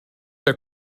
der